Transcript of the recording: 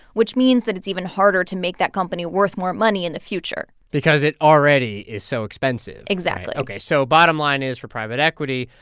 which means that it's even harder to make that company worth more money in the future because it already is so expensive, right? exactly ok, so bottom line is, for private equity,